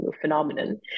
phenomenon